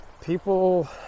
people